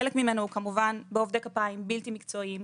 חלק ממנו הוא כמובן בעובדי כפיים בלתי מקצועיים,